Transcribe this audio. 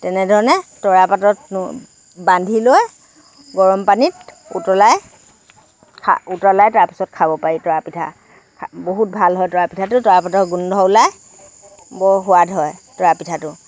তেনেধৰণে তৰাপাতত বান্ধি লৈ গৰম পানীত উতলাই খা উতলাই তাৰ পিছত খাব পাৰি তৰা পিঠা বহুত ভাল হয় তৰা পিঠাটো তৰা পাতৰ গোন্ধ ওলায় বৰ সোৱাদ হয় তৰা পিঠাটো